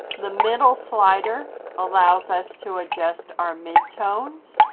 the middle slider allows us to adjust our mid-tones,